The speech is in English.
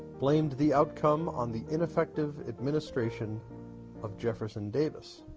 blamed the outcome on the ineffective administration of jefferson davis.